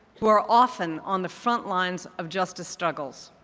who are often on the front lines of justice struggles.